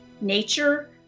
Nature